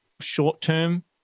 short-term